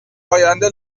آینده